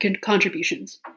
contributions